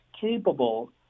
capable